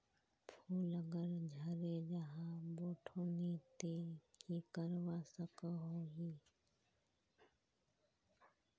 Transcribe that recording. फूल अगर झरे जहा बोठो नी ते की करवा सकोहो ही?